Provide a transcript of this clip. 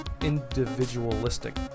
individualistic